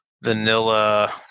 Vanilla